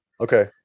Okay